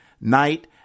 Night